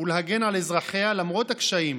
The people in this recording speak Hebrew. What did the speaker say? ולהגן על אזרחיה למרות הקשיים,